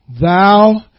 Thou